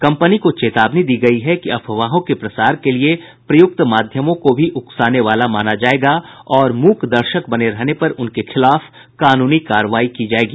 company को चेतावनी दी गई है कि अफवाहों के प्रसार के लिए प्रयुक्त माध्यमों को भी उकसाने वाला माना जाएगा और मूक दर्शक बने रहने पर उनके खिलाफ कानूनी कार्रवाई की जाएगी